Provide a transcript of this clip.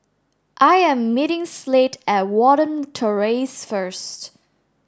I am meeting Slade at Watten Terrace first